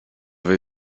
will